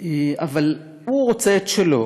אבל הוא רוצה את שלו,